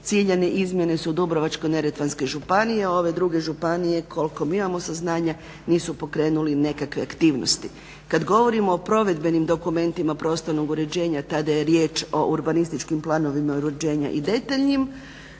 ciljane izmjene su Dubrovačko-neretvanske županije, a ove druge županije koliko mi imamo saznanja nisu pokrenule nekakve aktivnosti. Kada govorimo o provedbenim dokumentima prostornog uređenja, tada je riječ o urbanističkim planovima uređenja i detaljnim.